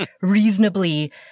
reasonably